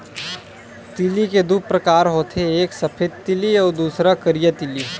तिली के दू परकार होथे एक सफेद तिली अउ दूसर करिया तिली